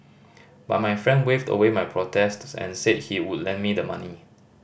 but my friend waved away my protests and said he would lend me the money